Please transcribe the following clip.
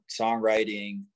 songwriting